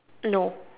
no